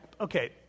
okay